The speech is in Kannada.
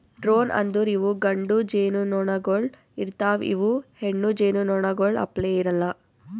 ಡ್ರೋನ್ ಅಂದುರ್ ಇವು ಗಂಡು ಜೇನುನೊಣಗೊಳ್ ಇರ್ತಾವ್ ಇವು ಹೆಣ್ಣು ಜೇನುನೊಣಗೊಳ್ ಅಪ್ಲೇ ಇರಲ್ಲಾ